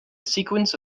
sequence